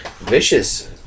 Vicious